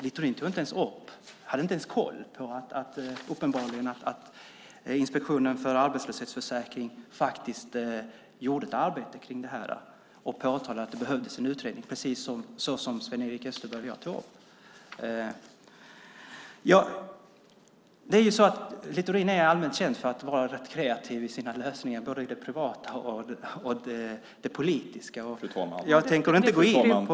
Littorin tog inte ens upp och hade uppenbarligen inte ens koll på att Inspektionen för arbetslöshetsförsäkringen faktiskt gjorde ett arbete kring det här och påtalade att det behövdes en utredning, precis som Sven-Erik Österberg och jag tog upp. Det är ju så att Littorin är allmänt känd för att vara rätt kreativ i sina lösningar både i det privata och i det politiska. : Fru talman! Det där ber jag att få protestera mot.)